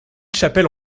chapelle